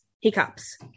hiccups